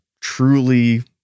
truly